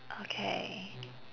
okay